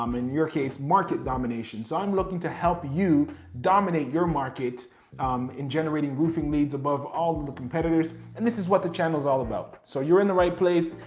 um in your case, market domination. so i'm looking to help you dominate your market in generating roofing leads above all of the competitors. and this is what the channel is all about. so you're in the right place.